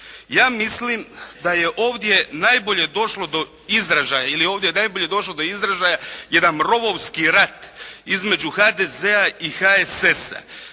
Ja mislim da je ovdje najbolje došlo do izražaja ili ovdje najbolje došlo do izražaja jedan rovovski rat između HDZ-a i HSS-a.